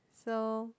so